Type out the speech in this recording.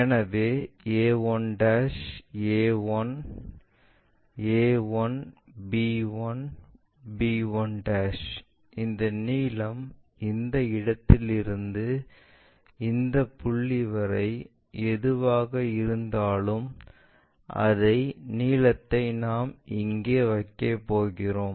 எனவே a 1 a 1 a 1 b 1 b 1 இந்த நீளம் இந்த இடத்திலிருந்து இந்த புள்ளி வரை எதுவாக இருந்தாலும் அதே நீளத்தை நாம் இங்கே வைக்கப் போகிறோம்